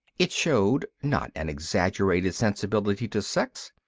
it showed not an exaggerated sensibility to sex,